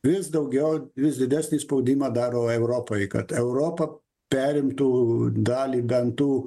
vis daugiau vis didesnį spaudimą daro europai kad europa perimtų dalį dantų